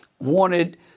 wanted